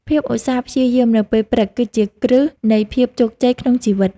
ភាពឧស្សាហ៍ព្យាយាមនៅពេលព្រឹក គឺជាគ្រឹះនៃភាពជោគជ័យក្នុងជីវិត។